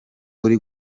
uri